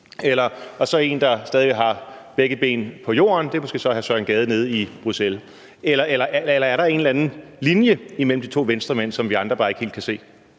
hvor man stadig har begge ben på jorden, og det er måske hr. Søren Gade nede i Bruxelles. Eller er der en eller anden linje imellem de to Venstremænd, som vi andre bare ikke helt kan se?